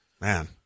Man